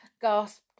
gasped